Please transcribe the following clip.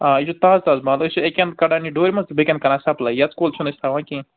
آ یہِ چھُ تازٕ تازٕ مال أسۍ چھِ أکہِ انٛد کَڑان یہِ دوٗرِ منٛز تہٕ بٮ۪کہِ انٛد کَران سَپلاے یزکول چھِنہٕ أسۍ تھاوان کیٚنٛہہ